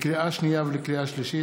לקריאה שנייה ולקריאה שלישית,